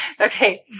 Okay